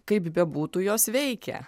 kaip bebūtų jos veikia